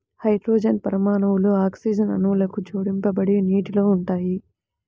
hydrogen పరమాణువులు oxygen అణువుకు జోడించబడి నీటిలో ఉంటాయి